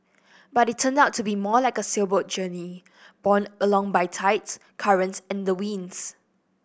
but it turned out to be more like a sailboat journey borne along by tides currents and the winds